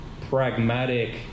pragmatic